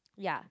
ya